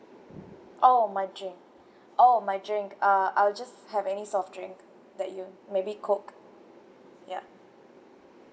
oh my drink oh my drink uh I will just have any soft drink that you maybe coke ya